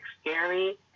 scary